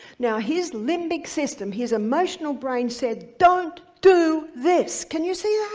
now, his limbic system, his emotional brain said, don't do this, can you see yeah